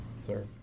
Sir